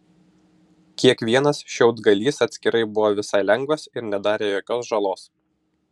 kiekvienas šiaudgalys atskirai buvo visai lengvas ir nedarė jokios žalos